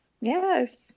Yes